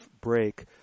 break